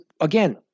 again